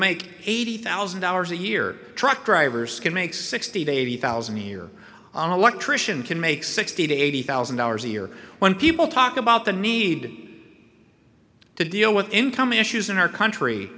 make eighty thousand dollars a year truck drivers can make sixty to eighty thousand a year on electrician can make sixty to eighty thousand dollars a year when people talk about the need to deal with income issues in our country